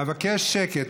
אבקש שקט.